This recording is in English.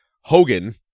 Hogan –